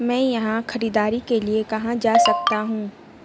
میں یہاں خریداری کے لیے کہاں جا سکتا ہوں